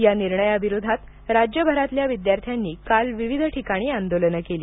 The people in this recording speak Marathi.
या निर्णयाविरोधात राज्यभरातल्या विद्यार्थ्यांनी काल विविध ठिकाणी आंदोलनं केली